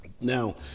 Now